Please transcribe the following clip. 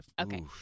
Okay